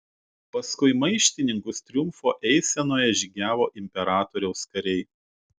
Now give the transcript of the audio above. paskui maištininkus triumfo eisenoje žygiavo imperatoriaus kariai